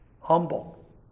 humble